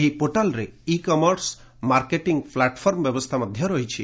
ଏହି ପୋଟାଲରେ e commerce marketing platform ବ୍ୟବସ୍ଥା ରହିଛି